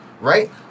Right